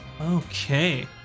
okay